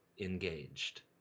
engaged